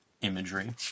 imagery